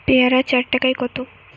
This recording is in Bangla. পেয়ারা চার টায় কত?